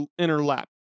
interlap